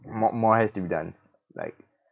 more more has to be done like